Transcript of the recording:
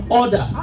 order